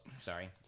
sorry